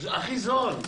הכי זול.